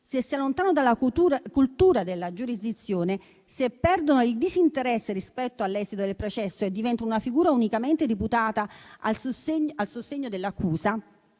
se si allontanano dalla cultura della giurisdizione, se perdono interesse rispetto all'esito del processo e diventano una figura unicamente deputata al sostegno dell'accusa,